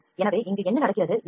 எனவே இங்கு என்ன நடக்கிறது இது சி